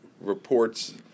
reports